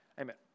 amen